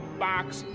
box,